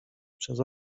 przez